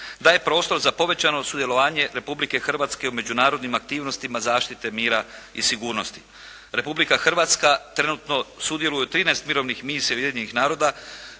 daje prostor za povećano sudjelovanje Republike Hrvatske u međunarodnim aktivnostima zaštite mira i sigurnosti. Republika Hrvatska trenutno sudjeluje u 13 mirovnih misija Ujedinjenih Naroda,